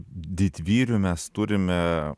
didvyrių mes turime